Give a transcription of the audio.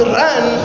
run